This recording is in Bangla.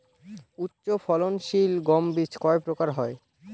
উচ্চ ফলন সিল গম বীজ কয় প্রকার হয়?